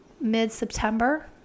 mid-September